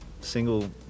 single